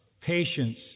patience